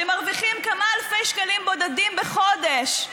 שמרוויחים כמה אלפי שקלים בודדים בחודש,